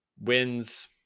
wins